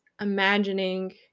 imagining